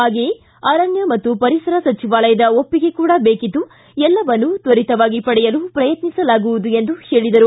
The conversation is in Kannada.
ಹಾಗೆಯೇ ಅರಣ್ಯ ಮತ್ತು ಪರಿಸರ ಸಚಿವಾಲಯದ ಒಪ್ಪಿಗೆ ಕೂಡ ಬೇಕಿದ್ದು ಎಲ್ಲವನ್ನೂ ತ್ವರಿತವಾಗಿ ಪಡೆಯಲು ಪ್ರಯತ್ನಿಸಲಾಗುವುದು ಎಂದು ಹೇಳಿದರು